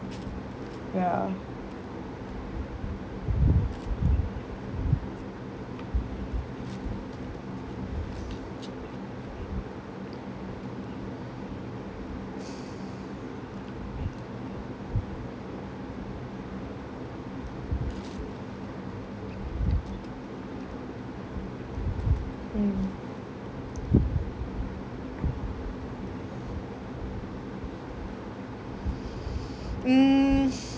ya mm mm